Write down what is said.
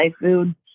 food